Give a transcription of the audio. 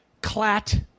Clat